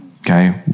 Okay